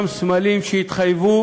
לסיים, בעיות תקציביות,